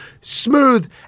smooth